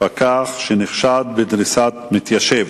פקח שנחשד בדריסת מתיישב.